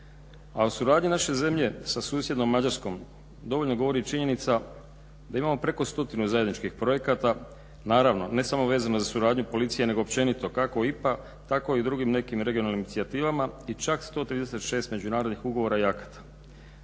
A o suradnji naše zemlje sa susjednom Mađarskom da imamo preko stotinu zajedničkih projekata, naravno ne samo vezano za suradnju policije nego općenito kako IPA tako i nekim drugim regionalnim inicijativama i čak 136 međunarodnih ugovora i akata.